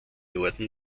norden